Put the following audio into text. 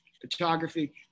photography